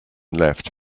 left